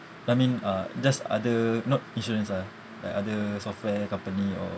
I mean uh just other not insurance ah like other software company or